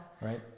Right